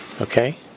Okay